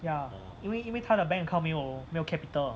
ya 因为因为他的 bank account 没有没有 capital